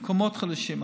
מקומות חדשים.